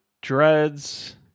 dreads